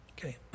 Okay